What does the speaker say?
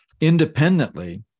independently